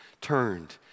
turned